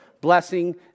blessing